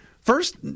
first